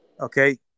Okay